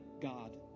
God